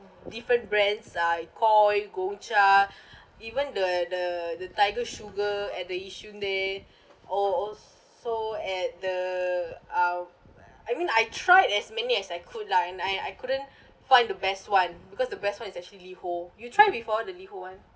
different brands like Koi Gong Cha even the the the tiger sugar at the yishun there or also at the um I mean I tried as many as I could lah and I I couldn't find the best one because the best one is actually LiHO you try before the LiHO one